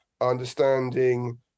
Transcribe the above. understanding